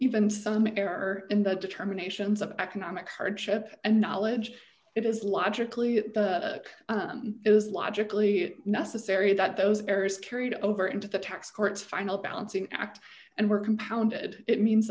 even some error in the determinations of economic hardship and knowledge it is logically it was logically necessary that those errors carried over into the tax court final balancing act and were compounded it means